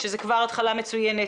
שזה כבר התחלה מצוינת.